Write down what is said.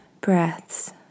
breaths